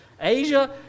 Asia